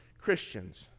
Christians